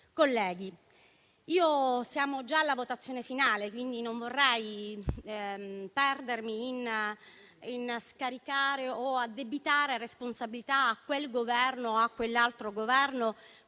Colleghi, siamo già alla votazione finale e quindi non vorrei perdermi nello scaricare o addebitare responsabilità a questo o a quell'altro Governo,